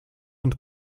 und